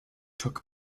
took